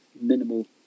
minimal